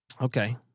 Okay